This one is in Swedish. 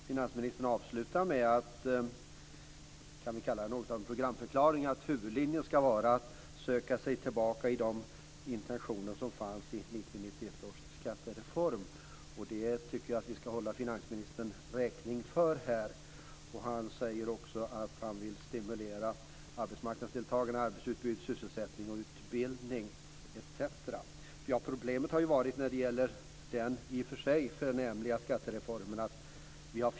Finansministern avslutade med något av en programförklaring, att huvudlinjen skall vara att man söker sig tillbaka till intentionerna bakom 1990/91 års skattereform. Det skall vi hålla finansministern räkning för. Han säger också att han vill stimulera arbetsmarknadsdeltagande, arbetsutbud, sysselsättning och utbildning etc. Problemet har varit att vi har fjärmat oss från den i och för sig förnämliga skattereformen.